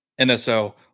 NSO